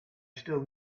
still